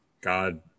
God